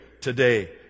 today